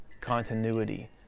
continuity